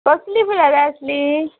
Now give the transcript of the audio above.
कसलीं फुलां जाय आसली